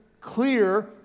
clear